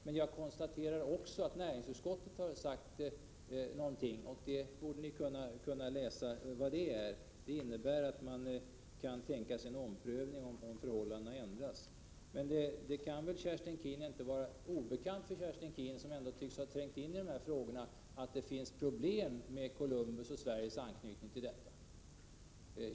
Men jag konstaterar också att näringsutskottet har sagt någonting, och ni borde kunna läsa vad det är. Det innebär att man kan tänka sig en omprövning, om förhållandena ändras. Det kan väl inte vara obekant för Kerstin Keen, som ändå tycks ha trängt in ide här frågorna, att det finns problem med Columbusprojektet och Sveriges anknytning till detta.